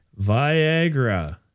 Viagra